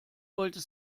wollte